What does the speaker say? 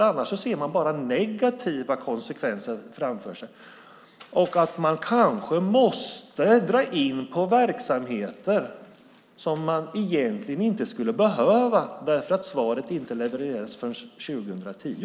Annars ser man bara negativa konsekvenser framför sig. Kanske måste man dra in på verksamheter som man egentligen inte skulle behöva dra in på, bara för att svaret inte levererades förrän 2010.